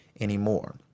anymore